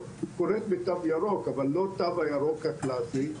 קורה בתו ירוק אבל לא התו הירוק הקלאסי,